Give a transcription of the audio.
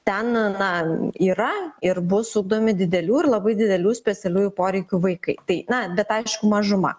te na yra ir bus ugdomi didelių ir labai didelių specialiųjų poreikių vaikai tai na bet aišku mažuma